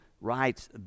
writes